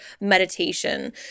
meditation